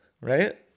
right